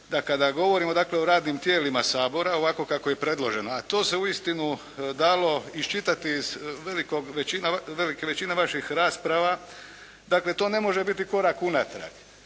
da kada govorimo dakle o radnim tijelima Sabora ovako kako je predloženo a to se uistinu dalo iščitati iz velika većina vaših rasprava, dakle to ne može biti korak unatrag.